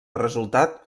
resultat